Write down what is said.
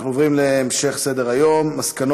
אנחנו עוברים להצעות לסדר-היום מס' 4357,